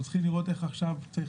אנחנו צריכים לראות איך עכשיו צריך